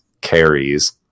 carries